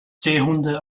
seehunde